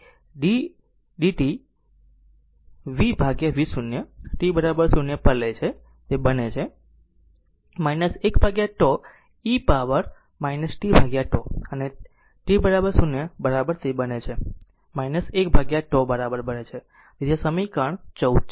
તેથી d dt of vv0 t 0 પર લે છે તે બને છે 1 τ e પાવર પર t τ અને t 0 બરાબર તે બને છે 1 τ બરાબર છે તેથી આ સમીકરણ 14 છે